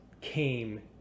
came